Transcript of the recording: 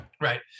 right